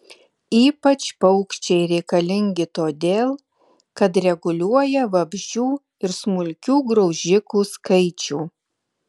ypač paukščiai reikalingi todėl kad reguliuoja vabzdžių ir smulkių graužikų skaičių